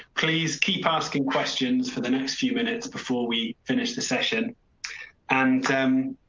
please keep asking questions for the next few minutes before we. finish the session and, uhm,